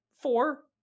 Four